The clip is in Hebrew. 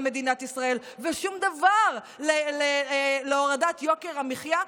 מדינת ישראל ושום דבר להורדת יוקר המחיה,